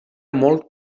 molt